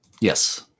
Yes